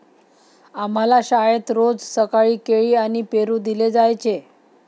आम्हाला शाळेत रोज सकाळी केळी आणि पेरू दिले जायचे